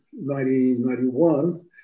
1991